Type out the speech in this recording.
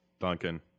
Duncan